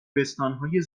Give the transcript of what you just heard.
بستانهای